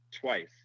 twice